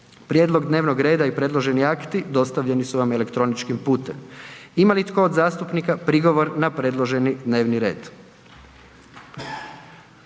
Prijedlog dnevnog reda i predloženi akti dostavljeni su vam elektroničkim putem. Ima li tko od zastupnika prigovor na predloženi dnevni red?